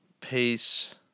Peace